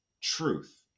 truth